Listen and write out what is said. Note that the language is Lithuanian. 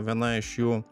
viena iš jų